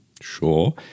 Sure